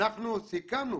אנחנו סיכמנו